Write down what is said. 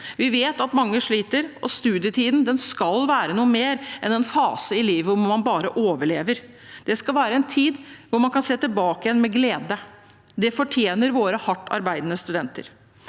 Vi vet at mange sliter, og studietiden skal være noe mer enn en fase i livet hvor man kun overlever. Det skal være en tid man skal kunne se tilbake på med glede. Det fortjener våre hardtarbeidende studenter.